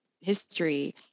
history